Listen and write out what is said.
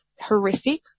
horrific